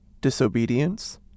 disobedience